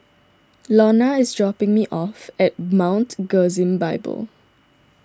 Lonna is dropping me off at Mount Gerizim Bible